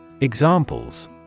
Examples